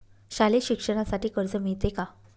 शालेय शिक्षणासाठी कर्ज मिळते का?